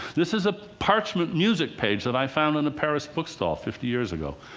this is a parchment music page that i found in a paris bookstall fifty years ago.